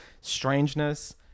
strangeness